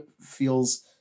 feels